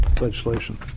legislation